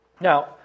Now